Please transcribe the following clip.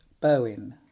Bowen